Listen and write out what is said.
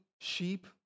sheep